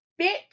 bitch